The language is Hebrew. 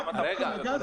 --- רגע,